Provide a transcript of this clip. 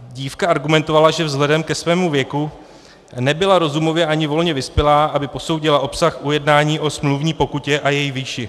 Dívka argumentovala tím, že vzhledem ke svému věku nebyla rozumově ani volně vyspělá, aby posoudila obsah ujednání o smluvní pokutě a její výši.